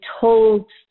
told